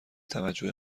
توجه